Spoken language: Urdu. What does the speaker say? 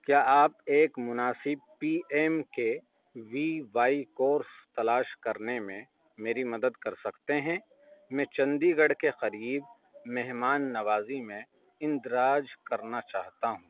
کیا آپ ایک مناسب P M K V Y course تلاش کرنے میں میری مدد کر سکتے ہیں میں چنڈی گڑھ کے قریب مہمان نوازی میں اندراج کرنا چاہتا ہوں